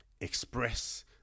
express